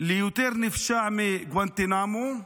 ליותר נפשע מגואנטנמו,